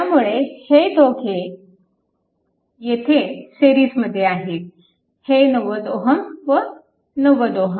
त्यामुळे येथे हे दोघे सिरीजमध्ये आहे हे 90 Ω व 90 Ω